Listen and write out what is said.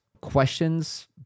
questions